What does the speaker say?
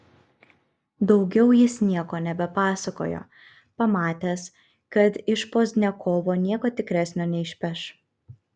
daugiau jis nieko nebepasakojo pamatęs kad iš pozdniakovo nieko tikresnio neišpeš